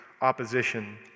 opposition